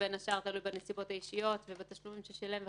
ובין השאר זה תלוי בנסיבות האישיות ובתשלומים שהוא שילם וכו'.